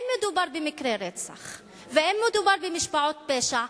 אם מדובר במקרי רצח ואם מדובר במשפחות פשע,